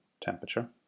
Temperature